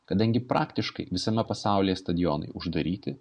kadangi praktiškai visame pasaulyje stadionai uždaryti